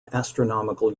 astronomical